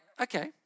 okay